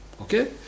Okay